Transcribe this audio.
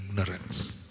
ignorance